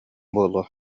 буолуо